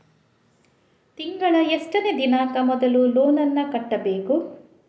ತಿಂಗಳ ಎಷ್ಟನೇ ದಿನಾಂಕ ಮೊದಲು ಲೋನ್ ನನ್ನ ಕಟ್ಟಬೇಕು?